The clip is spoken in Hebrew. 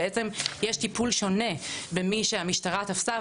בעצם יש טיפול שונה במי שהמשטרה תפסה,